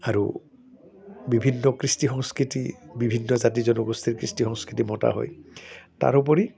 আৰু বিভিন্ন কৃষ্টি সংস্কৃতি বিভিন্ন জাতি জনগোষ্ঠীৰ কৃষ্টি সংস্কৃতিক মতা হয় তাৰোপৰি